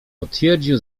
potwierdził